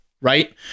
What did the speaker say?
right